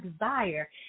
desire